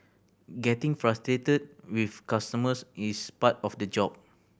getting frustrated with customers is part of the job